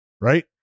right